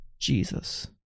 Jesus